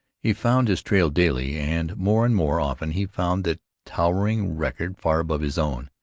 he found his trail daily, and more and more often he found that towering record far above his own.